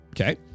Okay